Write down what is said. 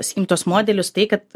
sakykim tuos modelius tai kad